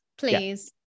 Please